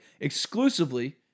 exclusively